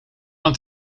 het